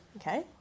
Okay